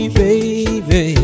baby